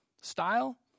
style